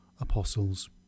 Apostles